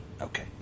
Okay